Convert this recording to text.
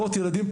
מאות ילדים,